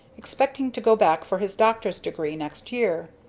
expecting to go back for his doctor's degree next year.